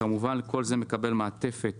כמובן, כל זה מקבל מעטפת